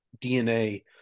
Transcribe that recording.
DNA